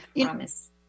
promise